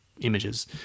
images